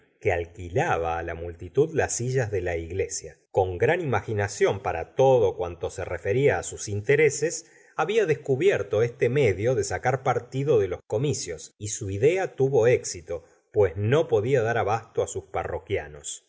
que alquilaba la multitud las sillas de la iglesia con gran imaginación para todo cuanto se refería sus intereses había descubierto este medio de sacar partido de los comicios y su idea tuvo éxito pues no podía dar abasto sus parroquianos